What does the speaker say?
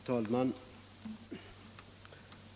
Herr talman!